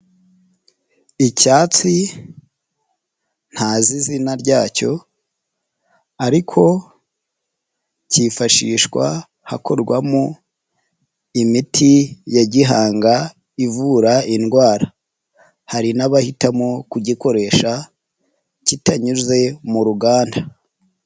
Icyatsi ntazi izina rya cyo, ariko kifashishwa hakorwamo imiti ya gihanga, ivura indwara. Hari n'abahitamo kugikoresha, kitanyuze mu ruganda.